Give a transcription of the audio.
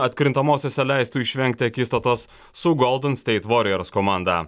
atkrintamosiose leistų išvengti akistatos su golden steit voriors komanda